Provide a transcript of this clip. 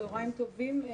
צהרים טובים.